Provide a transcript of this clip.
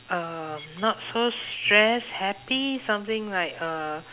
um not so stressed happy something like uh